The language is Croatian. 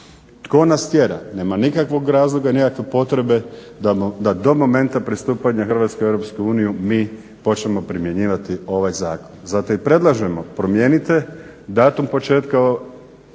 Tko nas tjera? Nema nikakvog razloga i nikakve potrebe da do momenta pristupanja Hrvatske u EU mi počnemo primjenjivati ovaj zakon. Zato i predlažemo promijenite datum početka